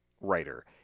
writer